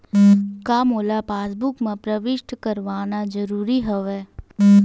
का मोला पासबुक म प्रविष्ट करवाना ज़रूरी हवय?